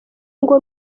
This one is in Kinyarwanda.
ngo